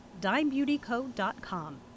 dimebeautyco.com